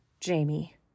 Jamie